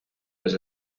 les